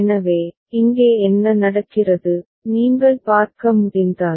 எனவே இங்கே என்ன நடக்கிறது நீங்கள் பார்க்க முடிந்தால்